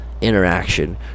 interaction